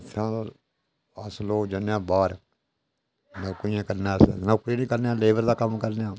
साह्ब अस लोक जन्ने आं बाह्र नौकरियां करने आस्तै नौकरी निं लेबर दा कम्म करने आस्तै